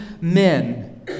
men